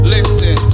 Listen